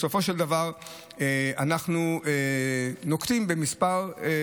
בסופו של דבר אנחנו נוקטים כמה פעולות